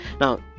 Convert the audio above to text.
Now